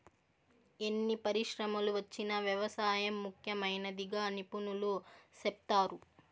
ఎన్ని పరిశ్రమలు వచ్చినా వ్యవసాయం ముఖ్యమైనదిగా నిపుణులు సెప్తారు